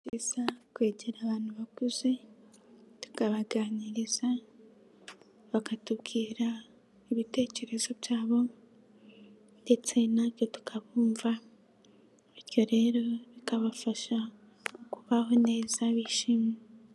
Ni byiza kwegera abantu bakuze tukabaganiriza bakatubwira ibitekerezo byabo ndetse natwe tukabumva, bityo rero bikabafasha kubaho neza bishimye.